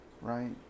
right